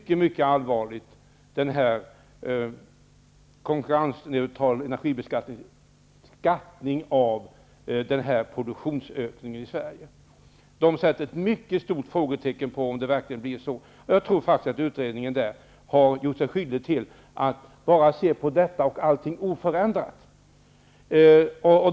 Konkurrensneutral energibeskattning säger om en produktionsökning i Sverige. Från NUTEK:s sida är man mycket osäker på att det verkligen kommer att bli så. Jag tror faktiskt att utredningen i det sammanhanget har gjort sig skyldig till att bara se på den frågan, allting annat oförändrat.